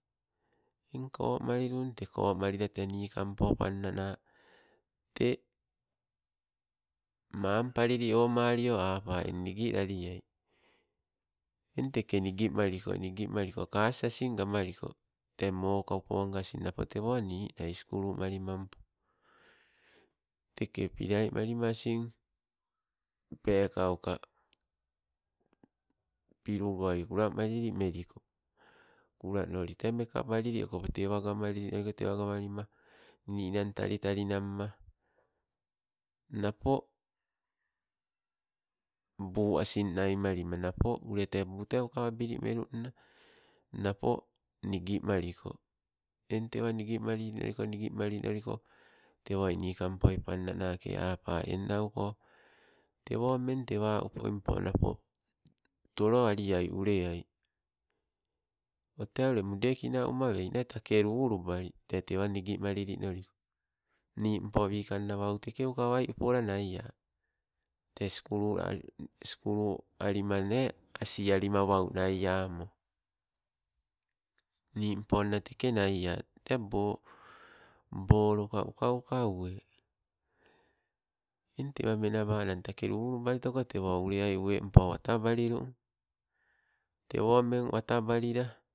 Eng komalilung tee, komalila tee nikampo panna te mampalili omalio, apaa eng nigi laliai. Eng teke nigi maliko, nigi maliko kas asing gamaliko, tee mokoponga asing napo tewo nai nii sukulu malimampo teke pilai malima asing, peekauka pilugoi kulamalili meliko, kulanoli te mekabalili okopo. Tewa gamalilinoliko, tewa gamalima ninang tantalinamma. Napo buu asing naimalima tee buu tee ukawabili melunna, napo nigimaliko, eng tewa nigimalilinoliko, nigimalilinoliko tewoi nikampoi pannanake apa eng nanko, tewo mpo tewa upoi mpo napo tolo alia uleai. Ote ule mudekina uma wei ne take lulubali tee tewa nigi malili noliko nimpo wikanna wau teke ukawai upola naia. Tee sukulu skulualimane asi alima ne nai amo, nimpona teke naia te bo- boloka uka uka, uwe eng tewa menaba nnang take lulubalitoko tewo uleaiuwe mpo watabalilung, tewo mme watabalila